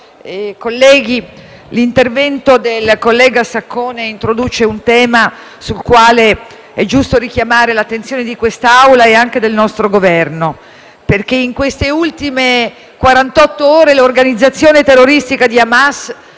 colleghi, l'intervento del collega Saccone introduce un tema sul quale è giusto richiamare l'attenzione di quest'Assemblea e anche del nostro Governo, perché in queste ultime quarantotto ore l'organizzazione terroristica di Hamas